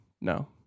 no